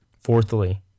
Fourthly